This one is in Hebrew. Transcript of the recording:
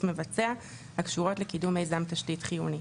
מבצע הקשורות לקידום מיזם תשתית חיוני.